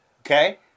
okay